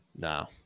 No